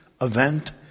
event